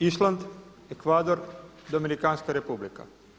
Island, Ekvador, Dominikanska Republika.